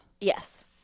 Yes